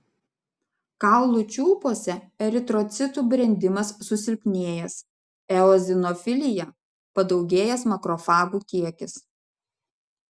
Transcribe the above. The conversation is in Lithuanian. kaulų čiulpuose eritrocitų brendimas susilpnėjęs eozinofilija padaugėjęs makrofagų kiekis